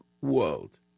world